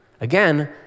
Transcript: again